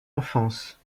enfance